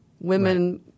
Women